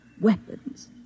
weapons